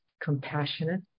compassionate